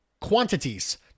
quantities